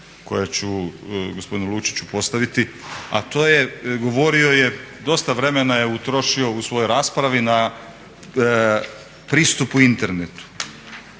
koja ću gospodinu Lučiću postaviti, a to je govorio je, dosta vremena je utrošio u svojoj raspravi na pristupu internetu,